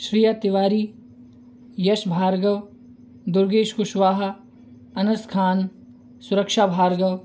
Shriya Tiwari Yash Bhargav Durgesh Kushwaha Anas Khan Suraksha Bhargava